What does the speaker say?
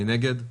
מי נגד?